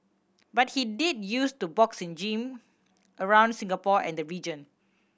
but he did use to box in gym around Singapore and the region